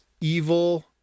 evil